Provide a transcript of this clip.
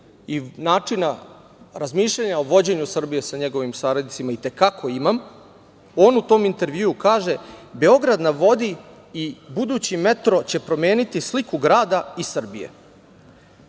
i načina razmišljanja o vođenju Srbije sa njegovim saradnicima i te kako imam, on u tom intervjuu kaže „Beograd na vodi“ i budući metro će promeniti sliku grada i Srbije.